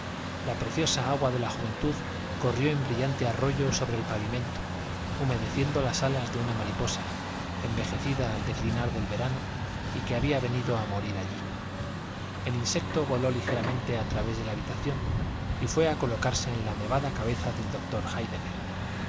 la preciosa agua de la juventud corrió en brillante arroyo sobre el pavimento humedeciendo las alas de una mariposa envejecida al declinar del verano y que había venido a morir allí el insecto voló ligeramente a través de la habitación y fué a colocarse en la nevada cabeza del doctor